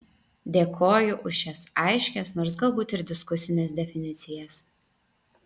dėkoju už šias aiškias nors galbūt ir diskusines definicijas